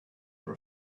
for